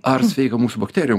ar sveika mūsų bakterijom